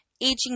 aging